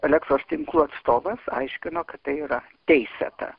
elektros tinklo atstovas aiškino kad tai yra teisėta